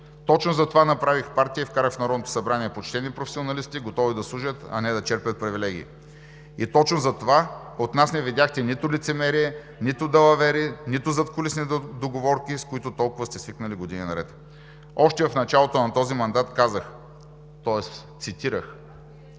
Точно затова направих партия и вкарах в Народното събрание почтени професионалисти, готови да служат, а не да черпят привилегии. И точно затова от нас не видяхте нито лицемерие, нито далавери, нито задкулисни договорки, с които толкова сте свикнали години наред. Още в началото на този мандат казах, тоест цитирах,